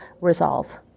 resolve